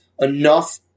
enough